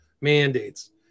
Mandates